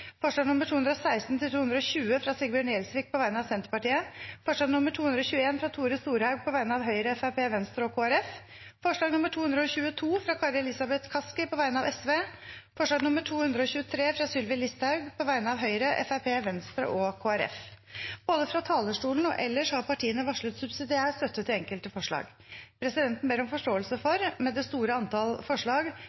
forslag nr. 215, fra Bjørnar Moxnes på vegne av Rødt forslagene nr. 216–220, fra Sigbjørn Gjelsvik på vegne av Senterpartiet forslag nr. 221, fra Tore Storehaug på vegne av Høyre, Fremskrittspartiet, Venstre og Kristelig Folkeparti forslag nr. 222, fra Kari Elisabeth Kaski på vegne av Sosialistisk Venstreparti forslag nr. 223, fra Sylvi Listhaug på vegne av Høyre, Fremskrittspartiet, Venstre og Kristelig Folkeparti Både fra talerstolen og ellers har partiene varslet subsidiær støtte til enkelte forslag. Presidenten ber om forståelse